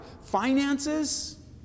finances